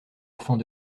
enfant